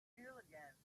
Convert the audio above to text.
diligence